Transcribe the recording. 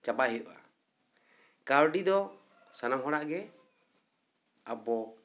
ᱪᱟᱵᱟ ᱦᱩᱭᱩᱜᱼᱟ ᱠᱟᱹᱣᱰᱤ ᱫᱚ ᱥᱟᱱᱟᱢ ᱦᱚᱲᱟᱜᱼᱜᱮ ᱟᱵᱚ